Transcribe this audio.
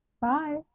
Bye